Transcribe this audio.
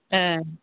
ए